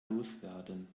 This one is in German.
loswerden